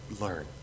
learn